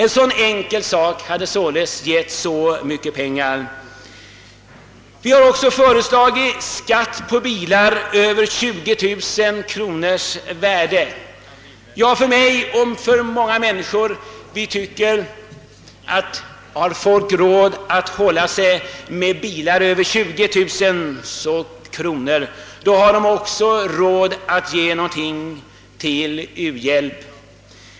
I motionen har också föreslagits en särskild skatt på bilar med över 20 000 kronors värde. Om folk har råd att hålla sig med så dyra bilar, har de också enligt min och många andras åsikt råd att ge till u-hjälpen.